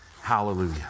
Hallelujah